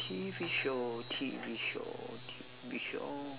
T_V show T_V show T_V show